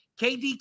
KD